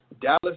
dallas